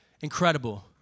Incredible